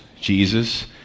Jesus